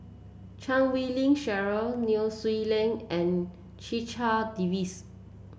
Chan Wei Ling Cheryl Nai Swee Leng and Checha Davies